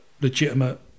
legitimate